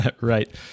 right